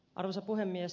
arvoisa puhemies